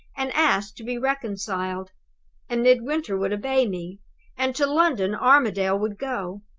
and ask to be reconciled and midwinter would obey me and to london armadale would go.